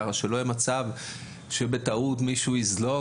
כך שלא יהיה מצב שמישהו יזלוג